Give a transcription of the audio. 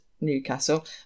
Newcastle